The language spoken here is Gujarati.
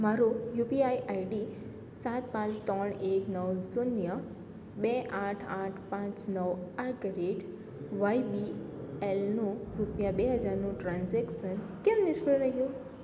મારું યુપીઆઇ આઇડી સાત પાંચ ત્રણ એક નવ શૂન્ય બે આઠ આઠ પાંચ નવ at the rate Y B એલનું રૂપિયા બે હજારનું ટ્રાન્ઝેક્સન કેમ નિષ્ફળ રહ્યું